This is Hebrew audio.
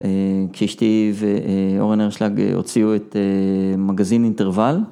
כשאשתי ואורן הרשלג הוציאו את מגזין אינטרוול.